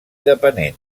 depenent